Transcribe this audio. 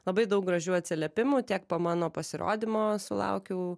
labai daug gražių atsiliepimų tiek po mano pasirodymo sulaukiau